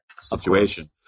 situation